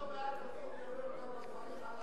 אתה עוד מעט תתחיל לדבר אתנו דברים על ארצות-הברית.